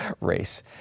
race